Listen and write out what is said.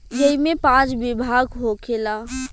ऐइमे पाँच विभाग होखेला